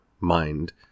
mind